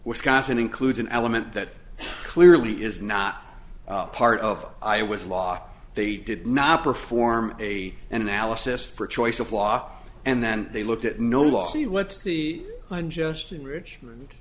wisconsin includes an element that clearly is not part of i was law they did not perform a analysis for choice of law and then they looked at no loss see what's the unjust enrichment